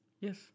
Yes